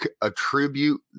attribute